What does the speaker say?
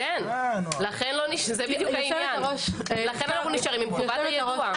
לכן אנחנו נשארים עם חובת היידוע.